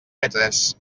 petrés